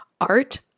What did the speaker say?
art